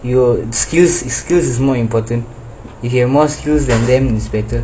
your skills skills is more important if you have more skills than them better